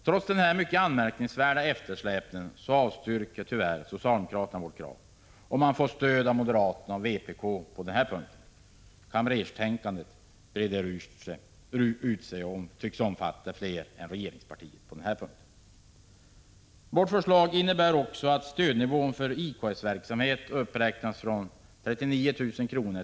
Trots denna mycket anmärkningsvärda eftersläpning avstyrker socialdemokraterna vårt krav. Och de får stöd av moderaterna och vpk. Kamrerstänkandet breder ut sig och tycks omfatta fler än regeringspartiet på den här punkten. Vårt förslag innebär också att stödnivån för IKS-verksamhet uppräknas från nuvarande 39 000 kr.